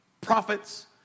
prophets